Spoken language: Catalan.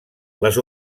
les